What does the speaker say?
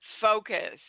focus